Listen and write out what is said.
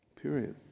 period